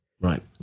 right